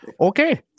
Okay